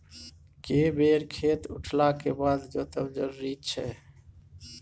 के बेर खेत उठला के बाद जोतब जरूरी छै?